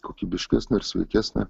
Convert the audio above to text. kokybiškesnė ir sveikesnė